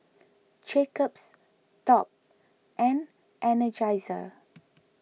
Jacob's Top and Energizer